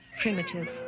primitive